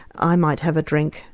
i might have a drink,